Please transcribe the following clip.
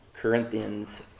Corinthians